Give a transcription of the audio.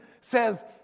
says